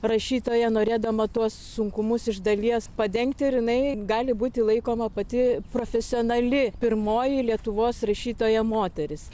rašytoja norėdama tuos sunkumus iš dalies padengti ir jinai gali būti laikoma pati profesionali pirmoji lietuvos rašytoja moteris